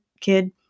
kid